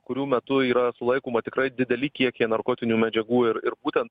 kurių metu yra sulaikoma tikrai dideli kiekiai narkotinių medžiagų ir ir būtent